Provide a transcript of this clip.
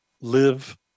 live